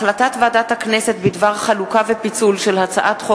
החלטת ועדת הכנסת בדבר חלוקה ופיצול של הצעת חוק